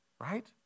right